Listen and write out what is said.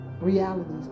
realities